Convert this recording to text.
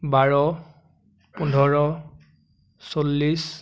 বাৰ পোন্ধৰ চল্লিছ